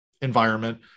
environment